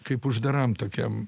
kaip uždaram tokiam